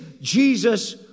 Jesus